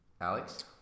Alex